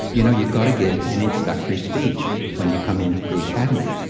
you know, you've got to give an introductory speech when you come into the academy.